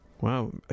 Wow